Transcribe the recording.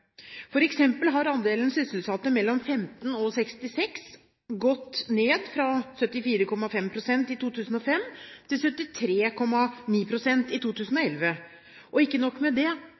har andelen sysselsatte mellom 15 og 66 år gått ned fra 74,5 pst. i 2005 til 73,9 pst. i 2011. Og ikke nok med det: